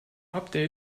update